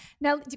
now